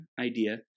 idea